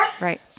Right